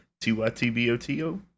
T-Y-T-B-O-T-O